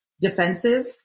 defensive